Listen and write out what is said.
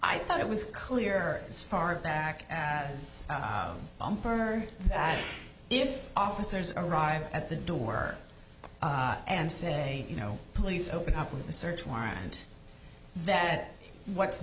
i thought it was clear as far back as i'm bird that if officers arrive at the door and say you know police open up with a search warrant that what's